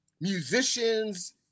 musicians